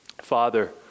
Father